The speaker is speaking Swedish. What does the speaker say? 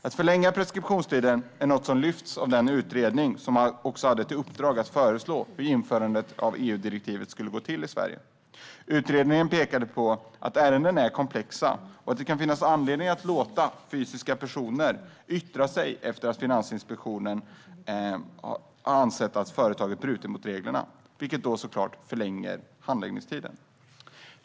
Att förlänga preskriptionstiden är någonting som tas upp av den utredning som hade i uppdrag att föreslå hur införandet av EU-direktivet i Sverige skulle gå till. Utredningen pekade på att ärendena är komplexa och att det kan finnas anledning att låta fysiska personer yttra sig när Finansinspektionen anser att företaget har brutit mot reglerna, vilket såklart förlänger handläggningstiden.